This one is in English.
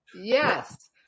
Yes